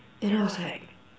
and I was like